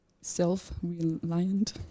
self-reliant